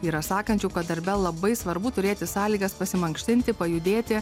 yra sakančių kad darbe labai svarbu turėti sąlygas pasimankštinti pajudėti